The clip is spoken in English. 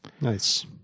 Nice